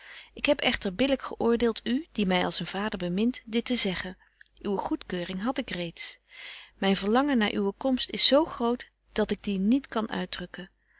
ik heb echter billyk geöordeelt u die my als een vader bemint dit te zeggen uwe goedkeuring had ik reeds myn verlangen naar uwe komst is zo groot dat ik die niet kan uitdrukken